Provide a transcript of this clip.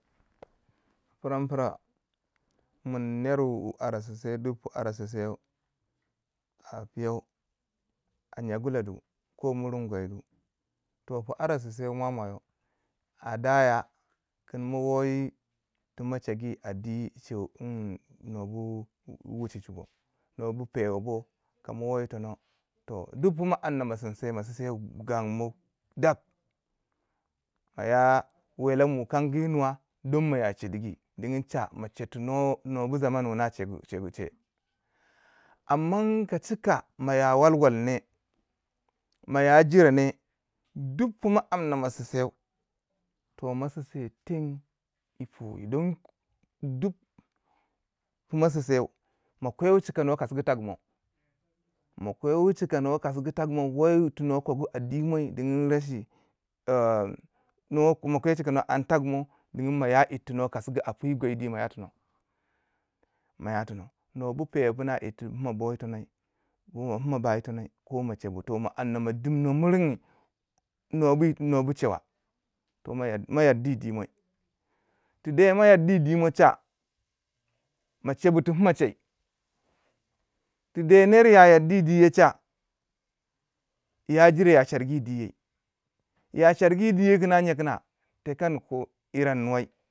piran pira mun ner wu ara sisai duk pu ara sisai a piyoau a nyinga gula du ko ara sinsiyau miringu gwai du toh pu ara sinsiyau mwamwayo daya kin ma woyi tu ma chegi a di chew ny nuwo bu wuchichi bo nuwa bu pewa bo ka ma woyitono toh duk pu ma amna ma sinsiyau ma sinsiye wu gangu mo dap moya welem wukangi yi nuwa diyin mo ya chedigi diyin cha nwo nuwo bu zaman wuna chegu che bu che amman ka chika maya walwal ne, ma ya jire ne, duk pu ma amna ma sinsiyau toh ma sinsiye teng yi powi don duk pumo sinsiyau ma kwewi chika nuwa kasugu tagu mo, mo kwewi chika nuwa kasugu tagumoi dinig wo yi yirtu nwo kogu a dimoi diyin rashi em nwo mo kwe chika nuwo and tagu moi tagu mo diyin mo ya yirtu nwo kasugu a pi gwaidi mo ya tono, ma ya tono nuwa bu pewa yir ti boyi tonoi ko wu pima ba yi tonoi ko ma chebu toh mo amna mo dimno mirinyi nwo bu nuwa bu chewa toh mo yar mo yardi yi dimoi, ti di mo yaddi yi dimo cha, ma chebu ti pima che, ti de ner ya yardi yi diye cha ya jire ya chargi diye ya chargi diye kina nye kina tikan ku iran nuwai.